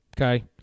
okay